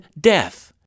death